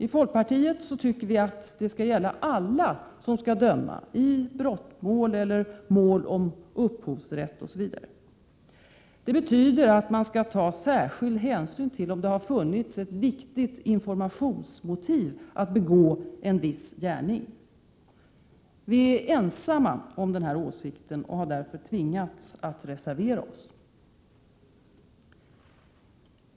I folkpartiet tycker vi att det skall gälla alla som skall döma — i brottmål, mål om upphovsrätt osv. Det betyder att man skall ta särskild hänsyn till om det har funnits ett viktigt informationsmotiv för att begå en viss gärning. Vi är ensamma om den åsikten och har därför tvingats reservera OSS.